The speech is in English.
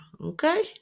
Okay